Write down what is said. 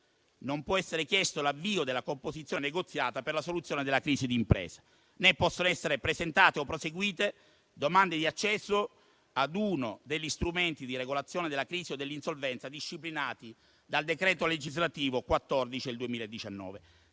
non può essere chiesto l'avvio della composizione negoziata per la soluzione della crisi di impresa, né possono essere presentate o proseguite domande di accesso a uno degli strumenti di regolazione della crisi o dell'insolvenza, disciplinati dal decreto legislativo n. 14 del 2019.